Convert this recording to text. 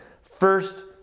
first